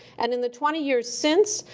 and in the twenty years since,